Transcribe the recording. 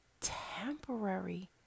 temporary